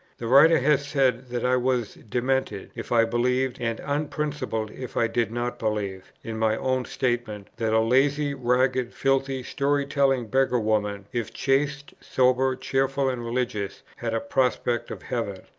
the writer has said that i was demented if i believed, and unprincipled if i did not believe, in my own statement, that a lazy, ragged, filthy, story-telling beggar-woman, if chaste, sober, cheerful, and religious, had a prospect of heaven,